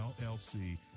llc